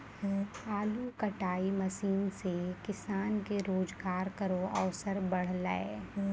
आलू कटाई मसीन सें किसान के रोजगार केरो अवसर बढ़लै